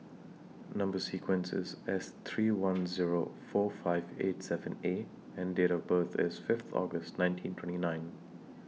Number sequence IS S three one Zero four five eight seven A and Date of birth IS Fifth August nineteen twenty nine